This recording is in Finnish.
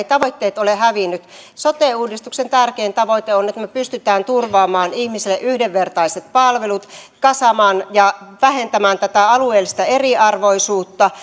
tavoitteet ole hävinneet sote uudistuksen tärkein tavoite on että me pystymme turvaamaan ihmisille yhdenvertaiset palvelut kasaamaan ja vähentämään tätä alueellista eriarvoisuutta